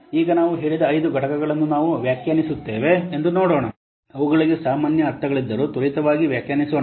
ಈಗ ನಾವು ಹೇಳಿದ ಐದು ಘಟಕಗಳನ್ನು ನಾವು ವ್ಯಾಖ್ಯಾನಿಸುತ್ತೇವೆ ಎಂದು ನೋಡೋಣ ಅವುಗಳಿಗೆ ಸಾಮಾನ್ಯ ಅರ್ಥಗಳಿದ್ದರೂ ತ್ವರಿತವಾಗಿ ವ್ಯಾಖ್ಯಾನಿಸೋಣ